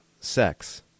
sex